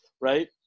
right